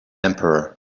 emperor